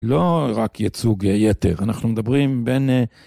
לא רק יצוג יתר, אנחנו מדברים בין...